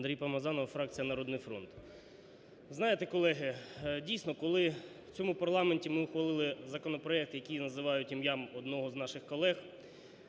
Андрій Помазанов, фракція "Народний фронт". Знаєте, колеги, дійсно, коли в цьому парламенті ми ухвалили законопроект, який називають ім'ям одного з наших колег,